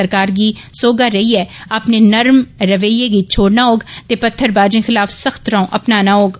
सरकार गी सोहगा रेइयै अपने नरम रवैये गी छोड़ना होग ते पत्थरबाजें खिलाफ सख्त रौं अपनाना होग